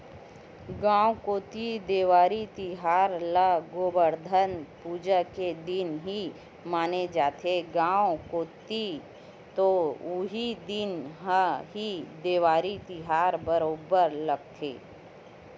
गाँव कोती देवारी तिहार ल गोवरधन पूजा के दिन ही माने जाथे, गाँव कोती तो उही दिन ह ही देवारी तिहार बरोबर लगथे